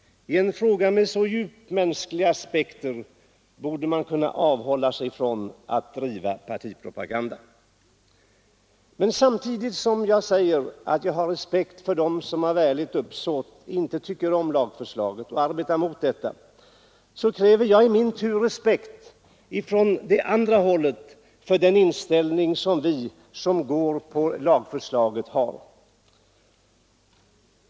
I en fråga med så djupt mänskliga aspekter borde man kunna avhålla sig från att driva partipropaganda. Men samtidigt som jag säger att jag har respekt för dem som av ärligt uppsåt inte tycker om lagförslaget och därför arbetar mot detta, så kräver jag i min tur respekt från det hållet för den inställning vi har som stöder lagförslaget.